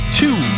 two